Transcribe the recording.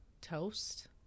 toast